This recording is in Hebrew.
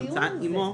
הנמצא עמו,